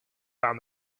found